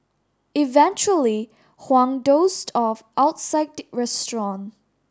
eventually Huang dozed off outside the restaurant